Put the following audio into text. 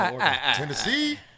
Tennessee